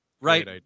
Right